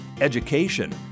education